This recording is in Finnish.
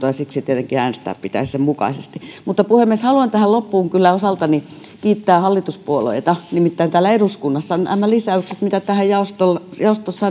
ja siksi tietenkin äänestää pitäisi sen mukaisesti mutta puhemies haluan tähän loppuun kyllä osaltani kiittää hallituspuolueita nimittäin nämä lisäykset mitä täällä eduskunnassa on tässä jaostossa